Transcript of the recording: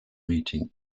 meeting